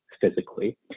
physically